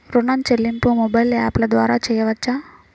ఋణం చెల్లింపు మొబైల్ యాప్ల ద్వార చేయవచ్చా?